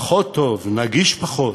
פחות טוב, נגיש פחות,